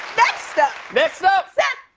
next up. next up. seth,